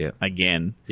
again